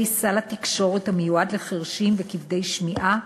סל התקשורת המיועד לחירשים וכבדי שמיעה